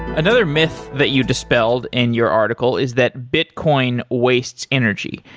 another myth that you dispelled in your article is that bitcoin wastes energy.